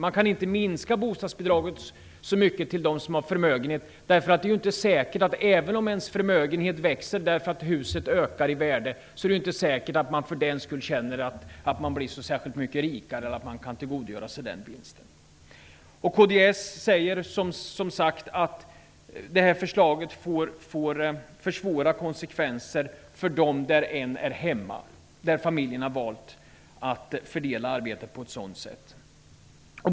Vi kan inte minska bostadsbidraget så mycket till dem som har förmögenhet därför att det inte är säkert att man blir rikare när huset ökar i värde och förmögenheten därmed växer. Det är inte säkert att man kan tillgodogöra sig den vinsten. Kds säger att förslaget får för svåra konsekvenser för de familjer där en är hemma, där familjen alltså valt att fördela arbetet på ett sådant sätt.